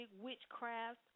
witchcraft